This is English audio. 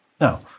Now